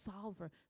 solver